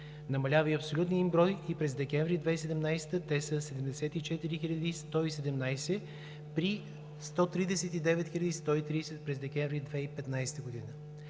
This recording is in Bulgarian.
Намалява и абсолютният им брой – през декември 2017 г. те са 74 117 при 139 130 през декември 2015 г.